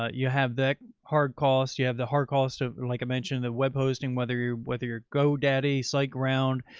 ah you have the hard costs, you have the hard cost of, like i mentioned, the web hosting, whether, whether your go daddy site ground,